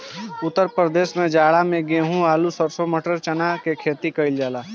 उत्तर प्रदेश में जाड़ा में गेंहू, आलू, सरसों, मटर, चना के खेती कईल जाला